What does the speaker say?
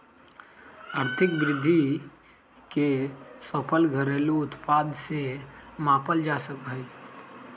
आर्थिक वृद्धि के सकल घरेलू उत्पाद से मापल जा सका हई